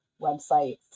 websites